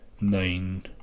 nine